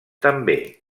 també